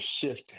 shift